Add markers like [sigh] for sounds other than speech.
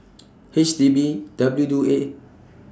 [noise] H D B W Do A